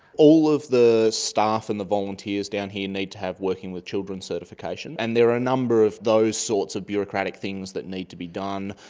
all of the staff and the volunteers down here and need to have working-with-children certification, and there are a number of those sorts of bureaucratic things that need to be done.